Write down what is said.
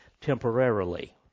temporarily